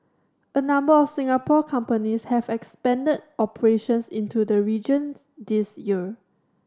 a number of Singapore companies have expanded operations into the regions this year